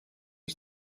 ich